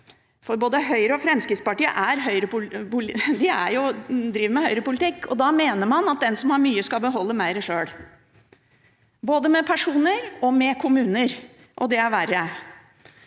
for både Høyre og Fremskrittspartiet driver med høyrepolitikk, og da mener man at den som har mye, skal beholde mer sjøl – både personer og kommuner. Og det er verre.